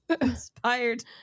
inspired